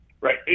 right